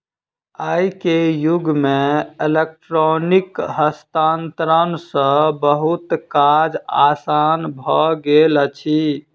आई के युग में इलेक्ट्रॉनिक हस्तांतरण सॅ बहुत काज आसान भ गेल अछि